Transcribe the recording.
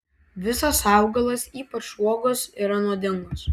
visas augalas ypač uogos yra nuodingas